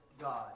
God